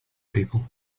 people